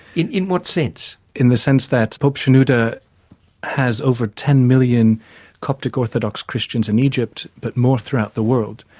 in in what sense? in the sense that pope shenouda has over ten million coptic orthodox christians in egypt, but more throughout the world,